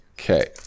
okay